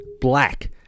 black